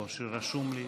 הוא רשום לי,